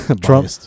Trump